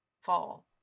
fall